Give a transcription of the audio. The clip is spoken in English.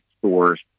stores